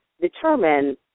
determine